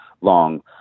long